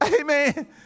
Amen